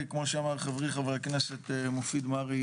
כפי שאמר חברי חבר הכנסת מופיד מרעי,